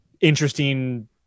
interesting